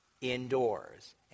indoors